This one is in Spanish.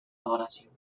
adoración